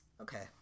okay